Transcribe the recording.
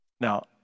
Now